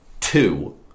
two